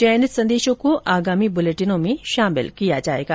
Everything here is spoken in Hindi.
चयनित संदेशों को आगामी बुलेटिनों में शामिल किया जाएगा